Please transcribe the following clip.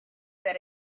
that